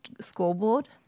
scoreboard